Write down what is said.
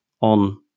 on